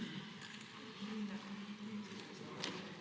Hvala